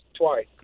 twice